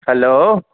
hello